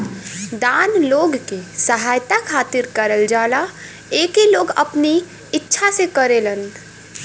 दान लोग के सहायता खातिर करल जाला एके लोग अपने इच्छा से करेलन